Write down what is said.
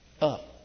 up